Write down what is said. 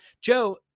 joe